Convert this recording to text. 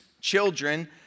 children